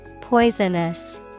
Poisonous